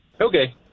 Okay